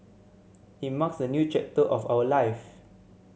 it marks a new chapter of our life